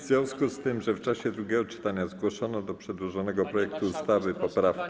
W związku z tym, że w czasie drugiego czytania zgłoszono do przedłożonego projektu ustawy poprawki.